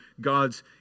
God's